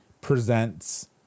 presents